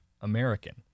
American